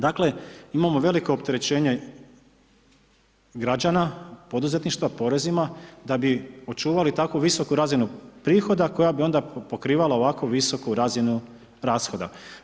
Dakle, imamo veliko opterećenje, građana, poduzetništva podreza da bi očuvali takvu visoku razinu prihoda, koja bi onda pokrivala ovako visoku razinu rashoda.